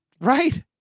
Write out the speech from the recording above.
Right